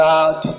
God